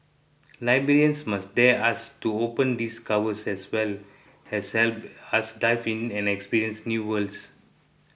librarians must dare us to open these covers as well as help us dive in and experience new worlds